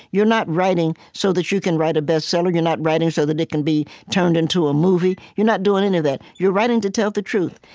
you're not writing so that you can write a bestseller. you're not writing so that it can be turned into a movie. you're not doing any of that. you're writing to tell the truth,